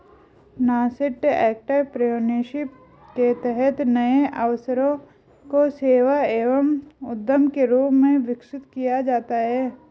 nascent entrepreneurship के तहत नए अवसरों को सेवा एवं उद्यम के रूप में विकसित किया जाता है